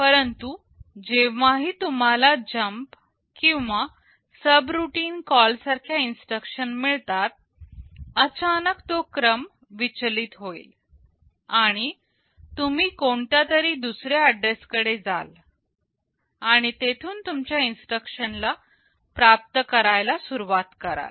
परंतु जेव्हाही तुम्हाला जम्प किंवा सबरुटीन कॉल सारख्या इन्स्ट्रक्शन मिळतात अचानक तो क्रम विचलित होईल आणि तुम्ही कोणत्यातरी दुसऱ्या ऍड्रेस कडे जाल आणि तेथून तुमच्या इन्स्ट्रक्शन ला प्राप्त करायला सुरु कराल